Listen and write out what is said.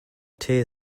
tear